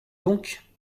donc